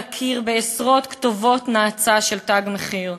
על הקיר בעשרות כתובות נאצה של "תג מחיר".